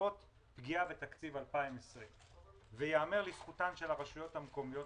שצופות פגיעה בתקציב 2020. ייאמר לזכות הרשויות המקומיות,